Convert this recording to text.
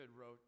wrote